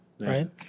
right